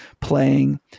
playing